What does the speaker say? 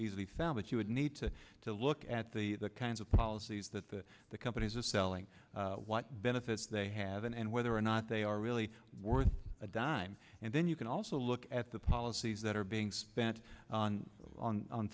easily found that you would need to to look at the kinds of policies that the companies are selling what benefits they haven't and whether or not they are really worth a dime and then you can also look at the policies that are being spent on